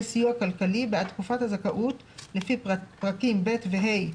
סיוע כלכלי בעד תקופת הזכאות לפי פרקים ב' ו-ה'